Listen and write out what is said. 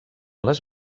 les